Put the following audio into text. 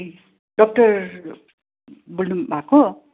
ए doctor बोल्नुभएको